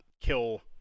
kill